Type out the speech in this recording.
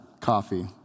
coffee